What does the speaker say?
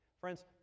Friends